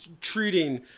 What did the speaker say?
treating